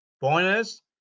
Pointers